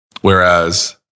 Whereas